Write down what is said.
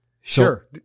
Sure